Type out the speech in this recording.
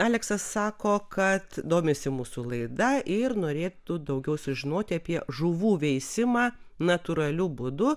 aleksas sako kad domisi mūsų laida ir norėtų daugiau sužinoti apie žuvų veisimą natūraliu būdu